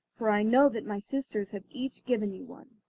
for i know that my sisters have each given you one.